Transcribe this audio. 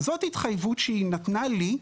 זאת התחייבות שהיא נתנה לי,